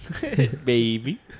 Baby